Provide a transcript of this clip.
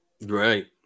Right